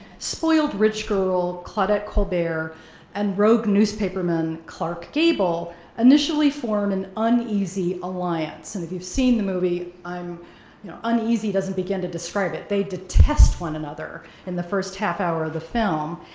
spoiled rich girl claudette colbert and rogue newspaperman clarke gable initially form an uneasy alliance and if you've seen the movie, um you know uneasy doesn't begin to describe it, they detest one another in the first half hour of the film,